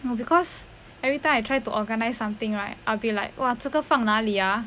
no because every time I try to organise something right I'll be like 哇这个放哪里啊